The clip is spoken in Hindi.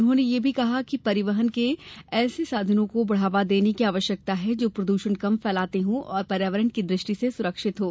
उन्होंने ने यह भी कहा कि परिवहन के ऐसे साधनों को बढ़ावा देने की आवश्यकता है जो प्रद्षण कम फैलाते हों और पर्यावरण की दुष्टि से सुरक्षित हों